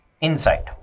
Insight